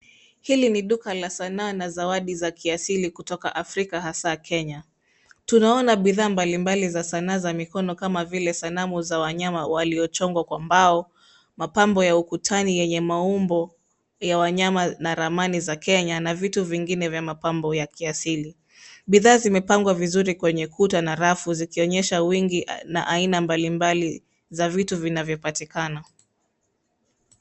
Hili ni duka la sanaa na zawadi za kiasili kutoka Afrika, hasa Kenya. Kuna bidhaa mbalimbali za sanaa za mikono kama vile sanamu za wanyama waliochongwa kwa mbao, mapambo ya ukutani yenye maumbo ya wanyama na ramani za Kenya, pamoja na vitu vingine vya mapambo ya kiasili. Bidhaa zimepangwa vizuri kwenye kuta na rafu, zikionyesha wingi na aina mbalimbali za vitu vinavyopatikana.